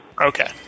Okay